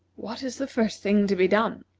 what is the first thing to be done?